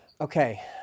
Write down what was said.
Okay